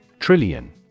Trillion